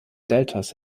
deltas